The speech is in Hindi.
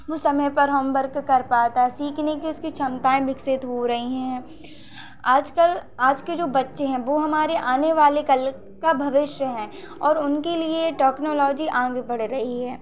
वो समय पर होमबर्क कर पाता है सीखने की उसकी क्षमताएँ विकसित हो रही हैं आजकल आज के जो बच्चे हैं वो हमारे आने वाले कल का भविष्य हैं और उनके लिए टोक्नोलॉजी आगे बढ रही है